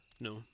No